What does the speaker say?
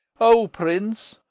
o prince,